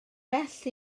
well